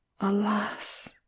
alas